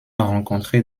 rencontrée